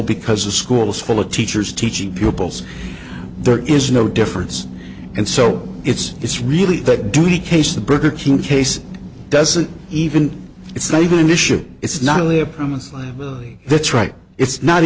because the school is full of teachers teaching pupils there is no difference and so it's it's really that dewey case the burger king case doesn't even it's not even an issue it's not only a that's right it's not